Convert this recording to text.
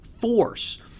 force